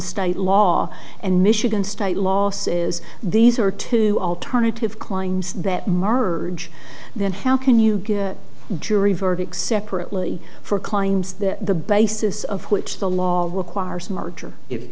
state law and michigan state law says these are two alternative climbs that merge then how can you get jury verdicts separately for claims that the basis of which the law requires merger if